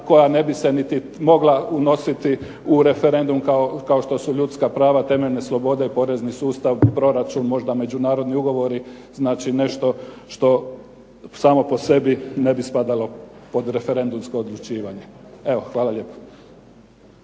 koja ne bi se niti mogla unositi u referendum kao što su ljudska prava, temeljne slobode, porezni sustav, proračun, možda međunarodni ugovori, znači nešto što samo po sebi ne bi spadalo pod referendumsko odlučivanje. Evo hvala lijepo.